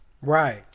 Right